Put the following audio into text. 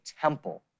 temple